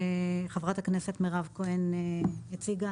שחברת הכנסת מירב כהן הציגה.